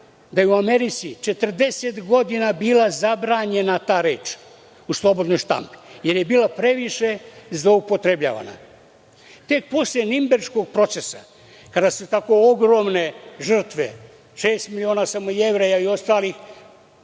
da je u Americi 40 godina bila zabranjena ta reč u slobodnoj štampi, jer je bila previše zloupotrebljavana? Tek posle Ninberškog procesa, kada se tako ogromne žrtve, šest miliona samo Jevreja i ostalih,